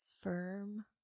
firm